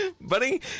Buddy